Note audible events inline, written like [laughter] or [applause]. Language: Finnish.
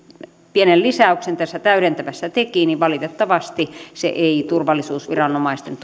pienen lisäyksen tässä täydentävässä teki niin valitettavasti se ei turvallisuusviranomaisten [unintelligible]